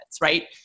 right